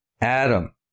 Adam